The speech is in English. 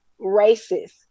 racist